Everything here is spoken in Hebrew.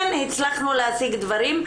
כן הצלחנו להשיג דברים.